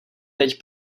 teď